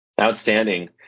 Outstanding